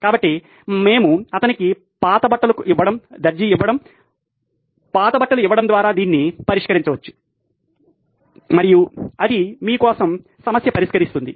కాబట్టి మేము అతనికి పాత బట్టలు ఇవ్వడం దర్జీ ఇవ్వడం పాత బట్టలు ఇవ్వడం ద్వారా దీన్ని పరిష్కరించవచ్చు మరియు అది మీ కోసం సమస్య పరిష్కరిస్తుంది